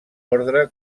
ordre